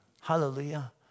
Hallelujah